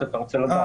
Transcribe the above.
אתה רוצה לדעת?